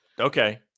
Okay